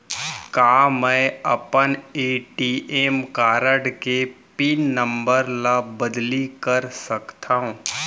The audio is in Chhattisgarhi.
का मैं अपन ए.टी.एम कारड के पिन नम्बर ल बदली कर सकथव?